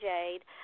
Jade